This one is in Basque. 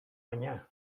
baina